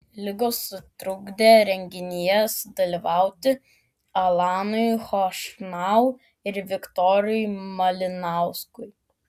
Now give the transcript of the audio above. ligos sutrukdė renginyje sudalyvauti alanui chošnau ir viktorui malinauskui